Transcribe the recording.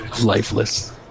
lifeless